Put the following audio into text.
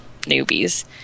newbies